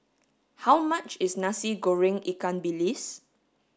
how much is Nasi Goreng Ikan Bilis